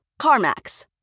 CarMax